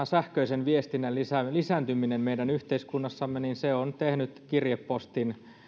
sähköisen viestinnän lisääntyminen meidän yhteiskunnassamme on tehnyt kirjepostin